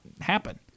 happen